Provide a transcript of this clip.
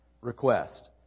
request